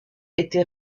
était